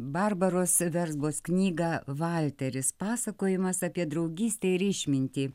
barbaros versbos knygą valteris pasakojimas apie draugystę ir išmintį